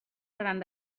seran